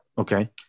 Okay